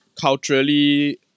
culturally